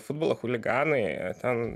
futbolo chuliganai ten